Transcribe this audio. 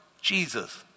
Jesus